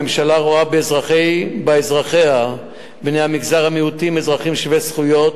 הממשלה רואה באזרחיה בני מגזר המיעוטים אזרחים שווי זכויות